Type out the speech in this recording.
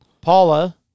paula